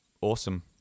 Awesome